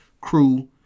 Crew